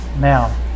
Now